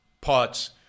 parts